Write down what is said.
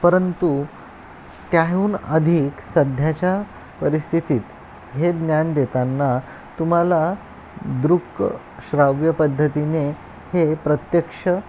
परंतु त्याहून अधिक सध्याच्या परिस्थितीत हे ज्ञान देताना तुम्हाला दृक श्राव्य पद्धतीने हे प्रत्यक्ष